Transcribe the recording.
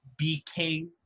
BK